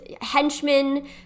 henchmen